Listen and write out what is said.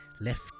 left